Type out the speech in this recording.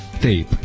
tape